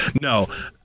No